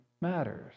matters